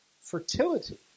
fertility